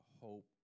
hope